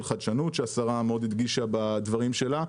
חדשנות שהשרה מאוד הדגישה בדברים שלה.